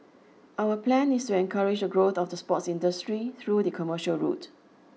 our plan is to encourage the growth of the sports industry through the commercial route